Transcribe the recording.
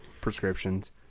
prescriptions